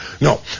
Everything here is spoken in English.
No